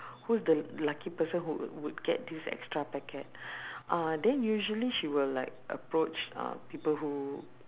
who's the lucky person who would would get this extra packet uh then usually she will like approach uh people who